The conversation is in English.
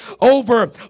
over